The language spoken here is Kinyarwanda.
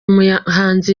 muhanzi